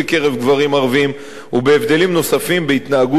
הערבים ובהבדלים נוספים בהתנהגות מונעת,